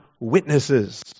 witnesses